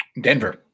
Denver